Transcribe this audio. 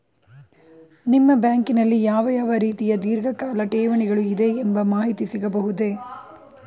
ನಿಮ್ಮ ಬ್ಯಾಂಕಿನಲ್ಲಿ ಯಾವ ಯಾವ ರೀತಿಯ ಧೀರ್ಘಕಾಲ ಠೇವಣಿಗಳು ಇದೆ ಎಂಬ ಮಾಹಿತಿ ಸಿಗಬಹುದೇ?